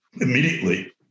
immediately